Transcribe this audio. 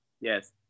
yes